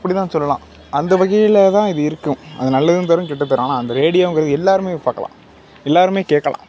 அப்படிதான் சொல்லலாம் அந்த வகையில் தான் இது இருக்கும் அது நல்லதும் தரும் கெட்டதும் தரும் ஆனால் அந்த ரேடியோங்கிறது எல்லோருமே பார்க்கலாம் எல்லோருமே கேட்கலாம்